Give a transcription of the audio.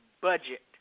budget